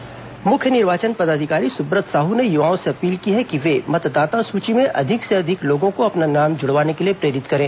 सुब्रत साहू संवाद मुख्य निर्वाचन पदाधिकारी सुब्रत साहू ने युवाओं से अपील की है कि वे मतदाता सूची में अधिक से अधिक लोगों को अपना नाम जुड़वाने के लिए प्रेरित करें